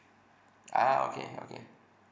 ah okay okay